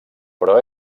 però